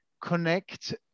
connect